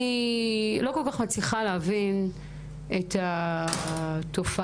אני לא כל כך מצליחה להבין את התופעה,